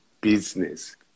business